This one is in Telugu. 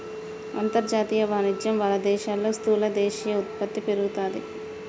అంతర్జాతీయ వాణిజ్యం వాళ్ళ దేశాల్లో స్థూల దేశీయ ఉత్పత్తి పెరుగుతాది